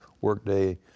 Workday